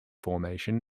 formalism